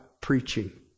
preaching